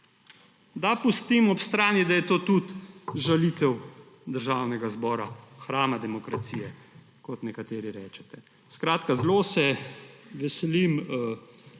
Da pustim ob strani, da je to tudi žalitev Državnega zbora, hrama demokracije, kot nekateri rečete. Skratka, zelo se veselim